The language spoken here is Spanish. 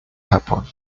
japón